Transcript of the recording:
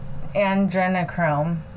andrenochrome